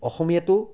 অসমীয়াটো